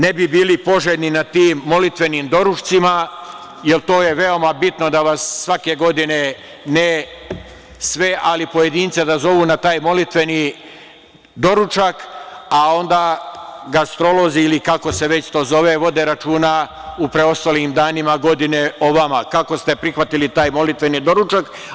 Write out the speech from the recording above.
Ne bi bili poželjni na tim molitvenim doručcima, jel to je veoma bitno da vas svake godine, ne sve, ali pojedince da zovu na taj molitveni doručak, a onda gastrolozi ili kako se to već zove vode računa u preostalim danima godine o vama, kako ste prihvatili taj molitveni doručak.